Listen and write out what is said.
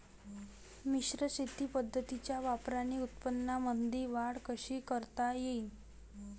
मिश्र शेती पद्धतीच्या वापराने उत्पन्नामंदी वाढ कशी करता येईन?